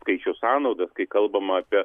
skaičių sąnaudas kai kalbama apie